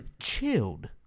Chilled